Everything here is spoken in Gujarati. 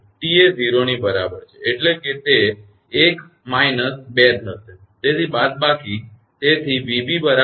t એ 0 ની બરાબર છે એટલે કે તે 1 ઓછાબાદ 2 થશે તેથી બાદબાકી